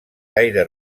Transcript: gaire